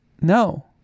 No